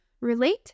relate